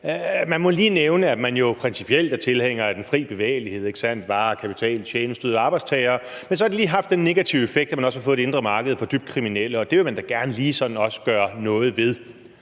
Man må lige nævne, at man jo principielt er tilhænger af den fri bevægelighed, ikke sandt – varer, kapital, tjenesteydere, arbejdstagere – men så har det lige haft den negative effekt, at man også har fået et indre marked for dybt kriminelle, og det vil man da gerne også lige sådan gøre noget ved.